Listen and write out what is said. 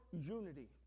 unity